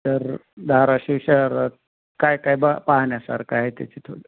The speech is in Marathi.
तर धाराशिव शहरात काय काय बा पाहण्यासारखं त्याची थोडं